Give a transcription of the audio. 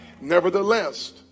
Nevertheless